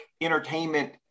entertainment